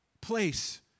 place